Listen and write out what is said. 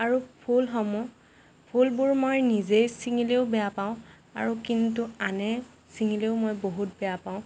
আৰু ফুলসমূহ ফুলবোৰ মই নিজেই চিঙিলেও বেয়া পাওঁ আৰু কিন্তু আনে চিঙিলেও মই বহুত বেয়া পাওঁ